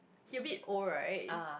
he a bit old right